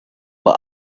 but